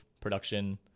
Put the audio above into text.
production